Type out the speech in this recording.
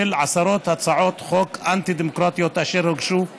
בשל עשרות הצעות חוק אנטי-דמוקרטיות אשר הוגשו בה,